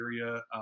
area